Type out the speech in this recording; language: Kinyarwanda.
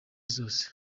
zose